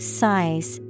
size